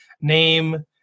name